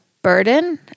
burden